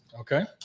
Okay